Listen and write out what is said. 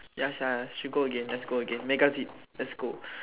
ya sia should go again let's go again mega zip let's go